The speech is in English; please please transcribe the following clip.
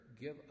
give